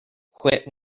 quit